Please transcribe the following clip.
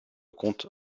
comte